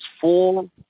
four